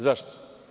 Zašto?